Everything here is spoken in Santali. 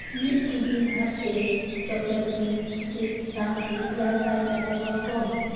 ᱢᱤᱫ ᱠᱮᱡᱤ ᱦᱟᱨᱥᱮ ᱪᱚᱠᱞᱮᱴ ᱢᱤᱞᱠ ᱥᱤᱠ ᱫᱟᱢ ᱠᱤ ᱮᱭᱟᱭ ᱥᱟᱭ ᱴᱟᱠᱟ ᱠᱷᱚᱱ ᱠᱚᱢ